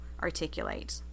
articulate